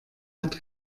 hat